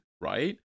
right